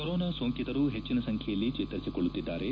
corona ಸೋಂಕಿತರು ಹೆಚ್ಚಿನ ಸಂಖ್ಯೆಯಲ್ಲಿ ಚೇತರಿಸಿಕೊಳ್ಳುತ್ತಿದ್ದಾರೆ